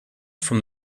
from